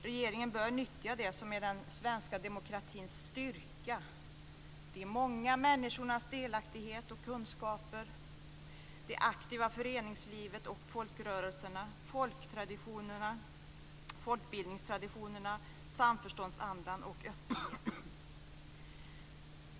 Regeringen bör nyttja det som är den svenska demokratins styrka, nämligen de många människornas delaktighet och kunskaper, det aktiva föreningslivet och folkrörelserna, folktraditionerna, folkbildningstraditionerna, samförståndsandan och öppenheten.